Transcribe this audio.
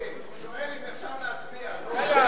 אלקין, הוא שואל אם אפשר להצביע, נו.